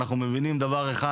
אנחנו מבינים דבר אחד,